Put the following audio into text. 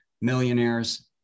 millionaires